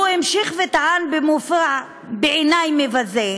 הוא המשיך וטען במופע, בעיני, מבזה,